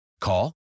Call